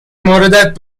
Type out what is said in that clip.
موردت